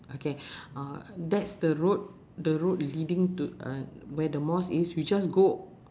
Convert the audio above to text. okay uh that's the road the road leading to uh where the mosque is you just go